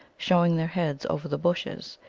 showing their heads over the bushes.